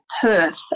Perth